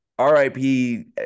RIP